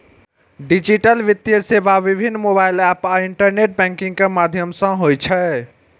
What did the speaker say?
digital वित्तीय सेवा विभिन्न मोबाइल एप आ इंटरनेट बैंकिंग के माध्यम सं होइ छै